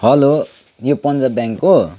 hello यो Punjab bank हो